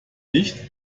nicht